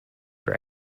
for